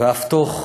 ואף תוך